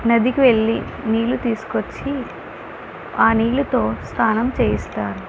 నదికి వెళ్ళి నీళ్ళు తీసుకొచ్చి ఆ నీళ్ళతో స్నానం చేయిస్తారు